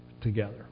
together